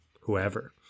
whoever